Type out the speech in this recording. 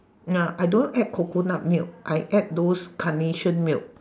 nah I don't add coconut milk I add those carnation milk